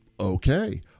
Okay